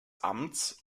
amts